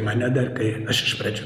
mane dar kai aš iš pradžių